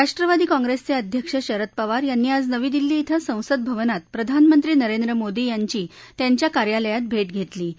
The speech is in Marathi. राष्ट्रवादी काँग्रस्त्रि अध्यक्ष शरद पवार यांनी आज नवी दिल्ली धिं संसद भवनात प्रधानमंत्री नरेंद्र मोदी यांची त्यांच्या कार्यालयात भटघरिसी